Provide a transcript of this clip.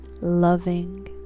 loving